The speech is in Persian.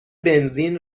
بنزین